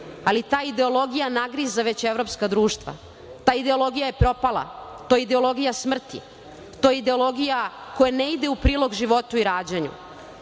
ali ta ideologija nagriza već evropska društva. Ta ideologija je propala. To je ideologija smrti. To je ideologija koja ne ide u prilog životu i rađanju.